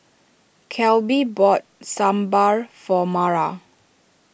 Kelby bought Sambar for Mara